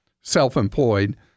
self-employed